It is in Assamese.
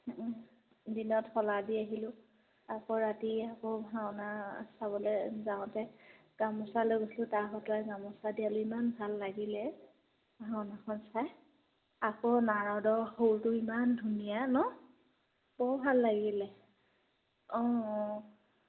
দিনত শলা দি আহিলোঁ আকৌ ৰাতি আকৌ ভাওনা চাবলৈ যাওঁতে গামোচা লৈ গৈছিলোঁ তাৰ হতুৱাই গামোচা দিয়ালোঁ ইমান ভাল লাগিলে ভাওনাখন চাই আকৌ নাৰদৰ সৰুটো ইমান ধুনীয়া ন বৰ ভাল লাগিলে অঁ অঁ